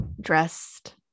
dressed